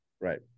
Right